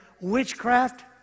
witchcraft